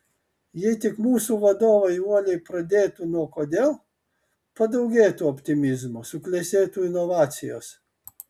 jei tik mūsų vadovai uoliai pradėtų nuo kodėl padaugėtų optimizmo suklestėtų inovacijos